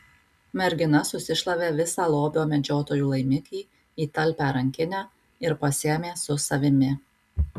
mergina susišlavė visą lobio medžiotojų laimikį į talpią rankinę ir pasiėmė su savimi